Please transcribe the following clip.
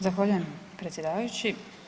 Zahvaljujem predsjedavajući.